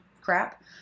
crap